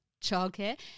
childcare